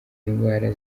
indwara